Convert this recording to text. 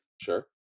sure